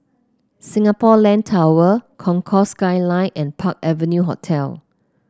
Singapore Land Tower Concourse Skyline and Park Avenue Hotel